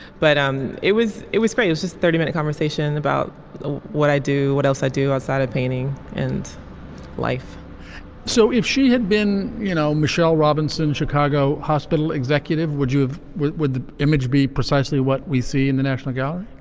but um it was it was great. this is thirty minute conversation about ah what i do what else i do. i started painting and life so if she had been you know michelle robinson chicago hospital executive would you would would the image be precisely what we see in the national guard.